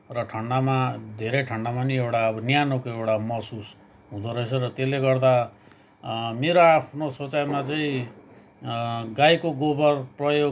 र ठण्डामा धेरै ठण्डामा नि एउटा न्यानो एउटा महसुस हुँदोरहेछ र त्यसले गर्दा मेरो आफ्नो सोचाइमा चाहिँ गाईको गोबर प्रयोग